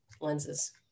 lenses